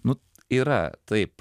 nu yra taip